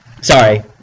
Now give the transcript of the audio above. sorry